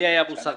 היה מוסך.